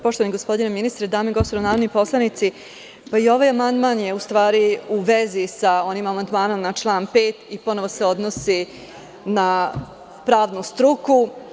Poštovani gospodine ministre, dame i gospodo narodni poslanici, i ovaj amandman je u stvari u vezi sa onim amandmanom na član 5. i ponovo se odnosi na pravnu struku.